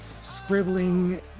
scribbling